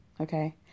Okay